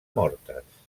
mortes